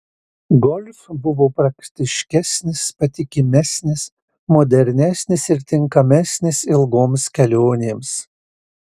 golf buvo praktiškesnis patikimesnis modernesnis ir tinkamesnis ilgoms kelionėms